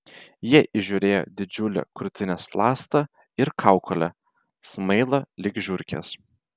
jie įžiūrėjo didžiulę krūtinės ląstą ir kaukolę smailą lyg žiurkės